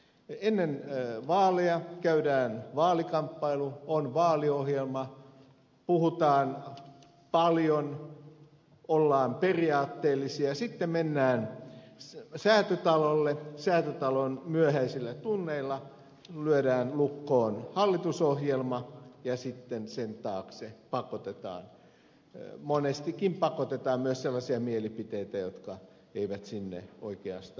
ennen vaaleja käydään vaalikamppailu on vaaliohjelma puhutaan paljon ollaan periaatteellisia ja sitten mennään säätytalolle säätytalon myöhäisillä tunneilla lyödään lukkoon hallitusohjelma ja sitten sen taakse monestikin pakotetaan myös sellaisia mielipiteitä jotka eivät sinne oikeastaan mahtuisi